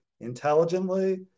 intelligently